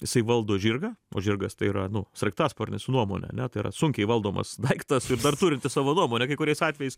jisai valdo žirgą o žirgas tai yra nu sraigtasparnis su nuomone ane tai yra sunkiai valdomas daiktas ir dar turintis savo nuomonę kai kuriais atvejais